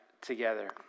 together